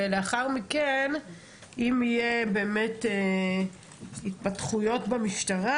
ולאחר מכן אם יהיה באמת התפתחויות במשטרה,